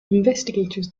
investigators